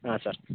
ಹಾಂ ಸರ್